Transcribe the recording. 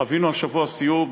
חווינו השבוע סיור,